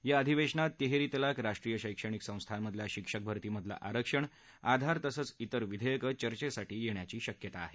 या अधिवेशनात तिहेरी तलाक राष्ट्रीय शैक्षणिक संस्थांमधल्या शिक्षक भरतीमधलं आरक्षण आधार तसंच ित्र विधेयकं चर्चेसाठी येण्याची शक्यता आहे